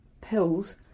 pills